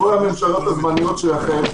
הממשלות הזמניות שלכם,